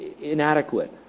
inadequate